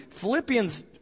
Philippians